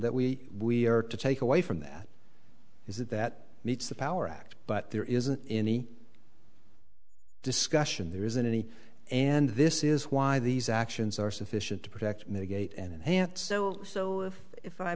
that we we are to take away from that is that that meets the power act but there isn't any discussion there isn't any and this is why these actions are sufficient to protect mitigate and enhance so so if i